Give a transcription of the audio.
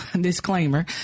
disclaimer